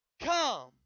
come